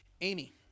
Amy